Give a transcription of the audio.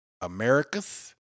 Americas